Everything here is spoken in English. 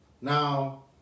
Now